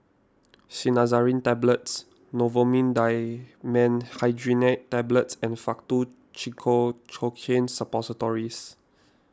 Cinnarizine Tablets Novomin Dimenhydrinate Tablets and Faktu Cinchocaine Suppositories